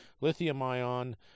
lithium-ion